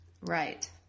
Right